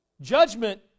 Judgment